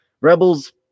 Rebels